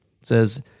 says